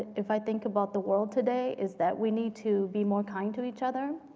if i think about the world today, is that we need to be more kind to each other.